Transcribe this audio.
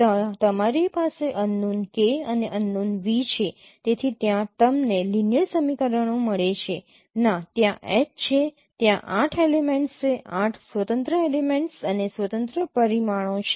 ત્યાં તમારી પાસે અનનોન k અને અનનોન v છે તેથી ત્યાં તમને લિનિયર સમીકરણો મળે છે ના ત્યાં H છે ત્યાં 8 એલિમેંટ્સ છે 8 સ્વતંત્ર એલિમેંટ્સ અને સ્વતંત્ર પરિમાણો છે